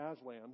Aslan